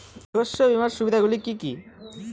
শস্য বিমার সুবিধাগুলি কি কি?